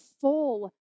full